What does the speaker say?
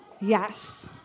Yes